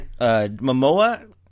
Momoa